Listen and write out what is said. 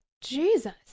Jesus